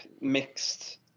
mixed